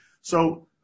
So-